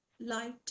light